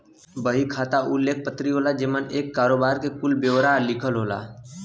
बही खाता उ लेख पत्री होला जेमन एक करोबार के कुल ब्योरा लिखल होला